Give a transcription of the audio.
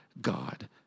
God